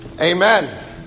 Amen